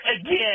again